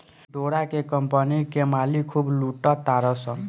डोरा के कम्पनी के मालिक खूब लूटा तारसन